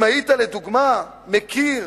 אם היית, לדוגמה, מכיר